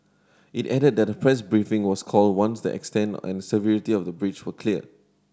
it added that a press briefing was called once the extent and severity of the breach were clear